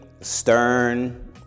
stern